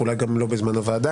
אולי גם לא בזמן הוועדה.